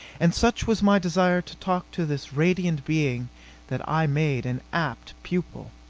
and such was my desire to talk to this radiant being that i made an apt pupil.